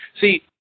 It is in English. see